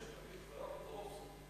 (תיקון מס' 14)